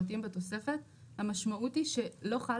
מוצרים שלא מפורטים בתוספת,